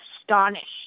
astonished